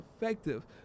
effective